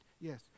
Yes